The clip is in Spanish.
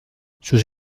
sus